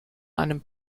einem